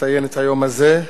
לציין את היום הזה.